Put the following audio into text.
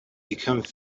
become